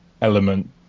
element